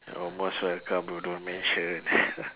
you are most welcome oh don't mention